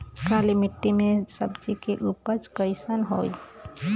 काली मिट्टी में सब्जी के उपज कइसन होई?